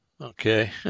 Okay